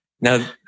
Now